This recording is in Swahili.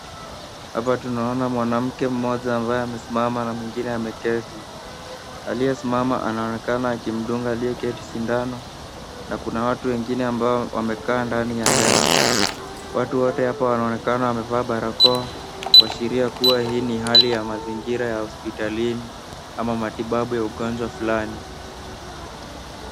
Hapa tunaona mwanamke mmoja ambaye amisimama na mwingine ameketi. Aliyesimama anaonekana akimdunga aliyeketi sindano na kuna watu wengine ambao wamekaa ndani ya hema. Watu wote hapa wanaonekana wamevaa barakoa kuashiria kuwa hii ni hali ya mazingira ya hospitalini ama matibabu ya ugonjwa fulani.